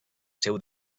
seu